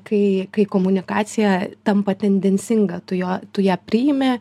kai kai komunikacija tampa tendencinga tu jo tu ją priimi